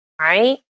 right